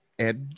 Edge